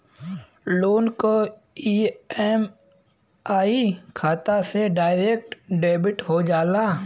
loan क EMI खाता से डायरेक्ट डेबिट हो जाला